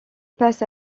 passe